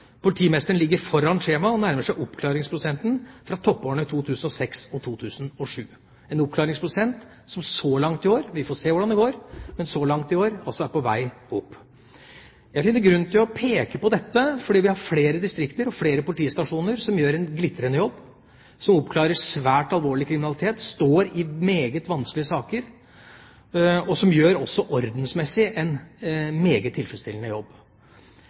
Politimesteren ligger foran skjema og nærmer seg oppklaringsprosenten fra toppårene 2006 og 2007.» Det er en oppklaringsprosent som så langt i år – vi får se hvordan det går – er på vei opp. Jeg finner grunn til å peke på dette, for vi har flere distrikter og politistasjoner som gjør en glitrende jobb, som oppklarer svært alvorlig kriminalitet, som har meget vanskelige saker, og som også ordensmessig gjør en meget tilfredsstillende jobb.